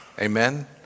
Amen